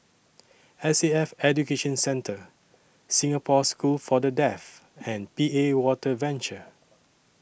S A F Education Centre Singapore School For The Deaf and P A Water Venture